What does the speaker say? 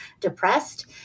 depressed